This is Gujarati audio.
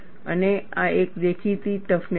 અને આ એક દેખીતી ટફનેસ છે